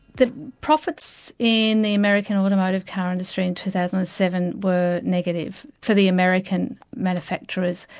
the profits in the american automotive car industry in two thousand and seven were negative for the american manufacturers,